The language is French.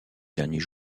dernier